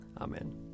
Amen